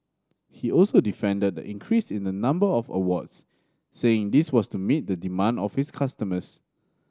he also defended the increase in the number of awards saying this was to meet the demand of his customers